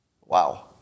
Wow